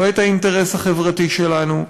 לא את האינטרס החברתי שלנו,